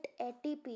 ATP